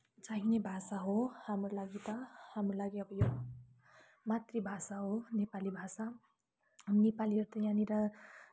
चाहिने भाषा हो हाम्रो लागि त हाम्रो लागि अब यो मातृभाषा हो नेपाली भाषा नेपालीहरू त यहाँनिर